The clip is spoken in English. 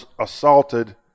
assaulted